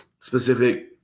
specific